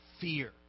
fear